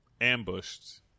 ambushed